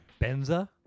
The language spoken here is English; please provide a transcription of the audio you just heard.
Benza